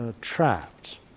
trapped